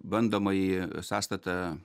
bandomąjį sąstatą